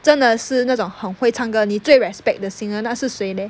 真的是那种很会唱歌你最 respect 的 singer 那是谁 leh